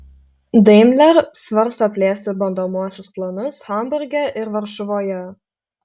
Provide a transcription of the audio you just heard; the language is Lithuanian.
daimler svarsto plėsti bandomuosius planus hamburge ir varšuvoje